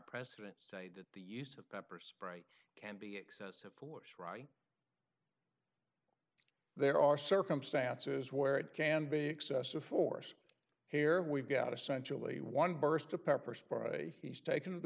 president say that the use of pepper spray can be excessive force right there are circumstances where it can be excessive force here we've got a centrally one burst of pepper spray he's taken the